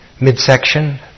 midsection